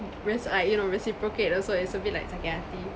reci~ you know reciprocate also it's a bit like sakit hati